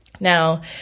Now